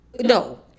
no